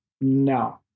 No